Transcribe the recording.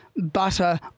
butter